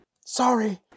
Sorry